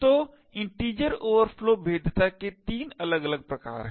तो integer overflow भेद्यता के 3 अलग अलग प्रकार हैं